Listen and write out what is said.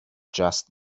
just